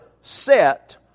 set